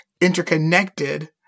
interconnected